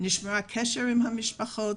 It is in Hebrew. נשמר הקשר עם המשפחות,